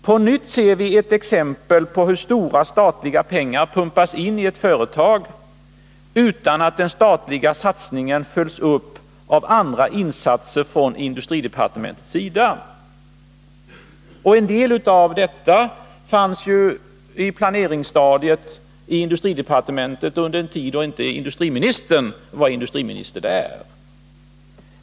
På nytt ser vi ett exempel på hur stora summor statliga pengar pumpas in i ett företag utan att den statliga satsningen följs upp genom andra insatser från industridepartementets sida. En del av detta fanns ju på planeringsstadiet i industridepartementet under den tid då herr Åsling inte var industriminister.